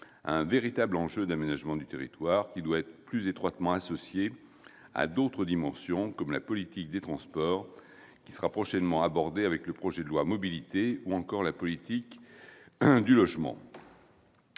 un véritable enjeu d'aménagement du territoire, qui doit être plus étroitement associé à d'autres dimensions, comme la politique des transports, qui sera abordée prochainement, au travers du projet de loi d'orientation des mobilités, ou encore la politique du logement.